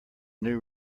new